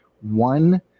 one